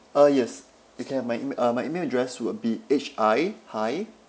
uh yes you can have my ema~ uh my email address would be H I hi